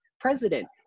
president